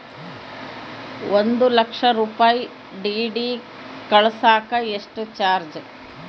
ಒಂದು ಲಕ್ಷ ರೂಪಾಯಿ ಡಿ.ಡಿ ಕಳಸಾಕ ಎಷ್ಟು ಚಾರ್ಜ್?